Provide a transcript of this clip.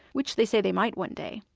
which they say they might one day,